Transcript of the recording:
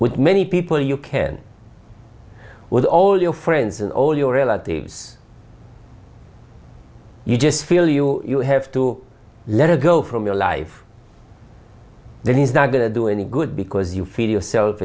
with many people you can with all your friends and all your relatives you just feel you you have to let it go from your life then it's not going to do any good because you feed yourself